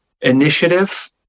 initiative